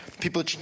people